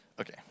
okay